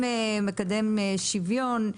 שמקדם שוויון.